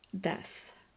death